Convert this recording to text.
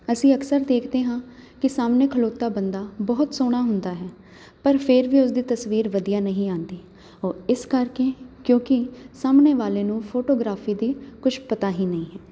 ਅਸੀਂ ਅਕਸਰ ਦੇਖਦੇ ਹਾਂ ਕਿ ਸਾਮਣੇ ਖਲੋਤਾ ਬੰਦਾ ਬਹੁਤ ਸੋਹਣਾ ਹੁੰਦਾ ਹੈ ਪਰ ਫੇਰ ਵੀ ਉਸਦੀ ਤਸਵੀਰ ਵਧੀਆ ਨਹੀਂ ਆਉਂਦੀ ਉਹ ਇਸ ਕਰਕੇ ਕਿਉਂਕਿ ਸਾਹਮਣੇ ਵਾਲੇ ਨੂੰ ਫੋਟੋਗ੍ਰਾਫੀ ਦੀ ਕੁਛ ਪਤਾ ਹੀ ਨਹੀਂ ਹੈ